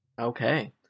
Okay